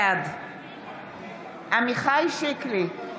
בעד עמיחי שיקלי,